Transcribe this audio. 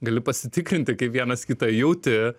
gali pasitikrinti kaip vienas kitą jauti